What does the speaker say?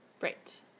Right